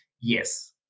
yes